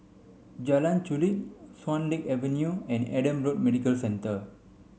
Jalan Chulek Swan Lake Avenue and Adam Road Medical Centre